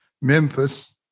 Memphis